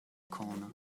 corner